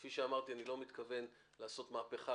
כפי שאמרתי אני לא מתכוון לעשות מהפכה,